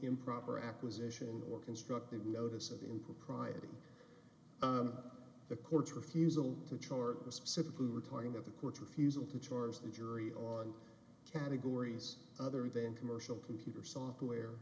improper acquisition or constructive notice of impropriety the court's refusal to chart was simply retarding that the court's refusal to charge the jury on categories other than commercial computer software